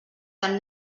tan